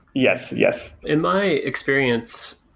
yes yes in my experience,